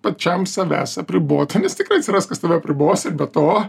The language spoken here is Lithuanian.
pačiam savęs apribot nes tikrai atsiras kas tave apribos ir be to